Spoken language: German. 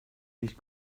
nicht